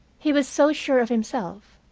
he was so sure of himself.